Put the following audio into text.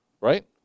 Right